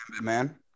man